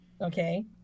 Okay